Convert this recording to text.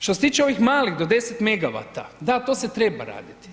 Što se tiče ovih malih do 10 megavata, da, to se treba radit.